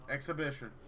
Exhibition